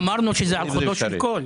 אמרנו שזה על חודו של קול.